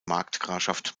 markgrafschaft